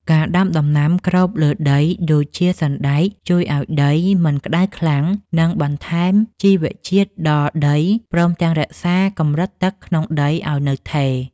ការដាំដំណាំគ្របលើដីដូចជាសណ្តែកជួយឱ្យដីមិនក្តៅខ្លាំង និងបន្ថែមជីវជាតិដល់ដីព្រមទាំងរក្សាកម្រិតទឹកក្នុងដីឱ្យនៅថេរ។